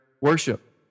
worship